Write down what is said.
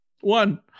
One